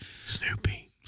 Snoopy